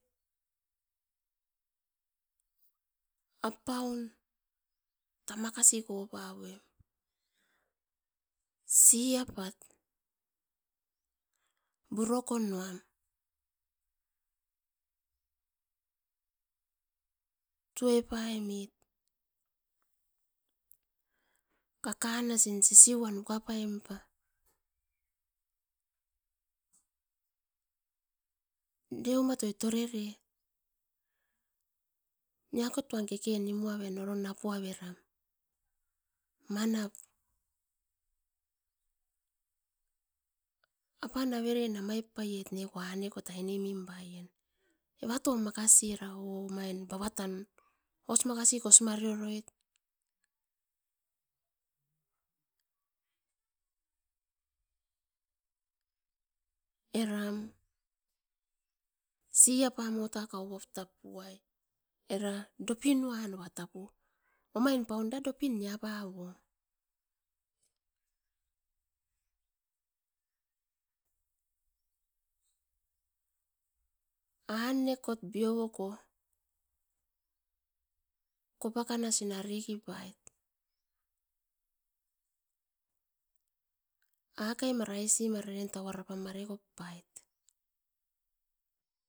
Apaun tama kasi kopawoim, siapa burokon uam tue pai mit kaka nasin sisiuan uka paim pa. Deu matoi tore kei, nia kotuan kekei nimu aven oro napu avera manap apan averei namaip paiet mine ko ane kot aine minni baietueva top makasi era o- omain baba tan os makasi kos mareu koit. Eram siapa motan kauoko tap puai. Ira dopinua noa tapo, omain paun era dopin nia pauom, ane kot bioboko, kopa kana sin ariki pait, akai mara aisi mara eren tauara apan mare kop pait.